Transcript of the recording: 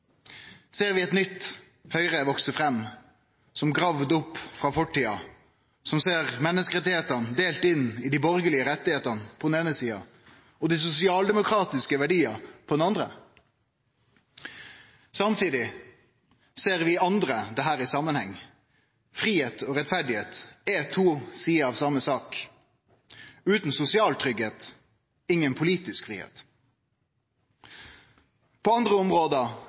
Ser vi eit nytt Høgre vekse fram, som grave opp frå fortida, som ser menneskerettane delte inn i dei borgarlege rettane på den eine sida og dei sosialdemokratiske verdiane på den andre? Samtidig ser vi andre dette i samanheng. Fridom og rettferd er to sider av same sak: utan sosial tryggheit ingen politisk fridom. På andre område